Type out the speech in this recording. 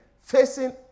facing